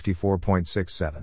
54.67